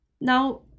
now